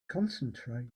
concentrate